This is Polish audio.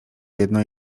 jedno